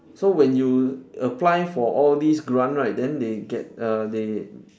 so when you apply for all these grant right then they get uh they